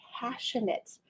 passionate